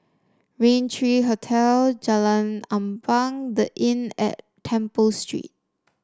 Rain three Hotel Jalan Ampang The Inn at Temple Street